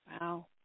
Wow